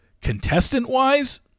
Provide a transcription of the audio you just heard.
Contestant-wise